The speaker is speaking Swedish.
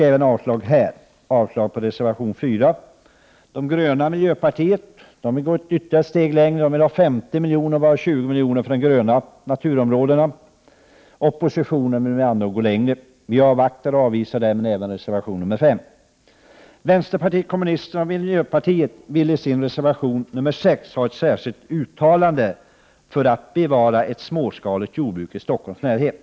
Jag yrkar avslag även på reservation 4. Miljöpartiet de gröna vill gå ytterligare ett steg. De yrkar på 50 milj.kr., varav 20 milj.kr. är öronmärkta för de gröna naturområdena. Oppositionen vill alltså gå längre. Vi vill avvakta och avvisar därför även reservation nr 5. Vänsterpartiet kommunisterna och miljöpartiet kräver i sin reservation nr 6 ett särskilt uttalande om åtgärder för att bevara ett småskaligt jordbruk i Stockholms närhet.